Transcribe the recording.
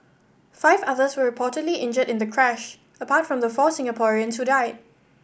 five others were reportedly injured in the crash apart from the four Singaporeans who died